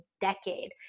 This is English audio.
decade